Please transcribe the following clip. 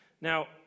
Now